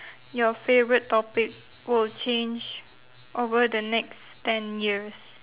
your favourite topic will change over the next ten years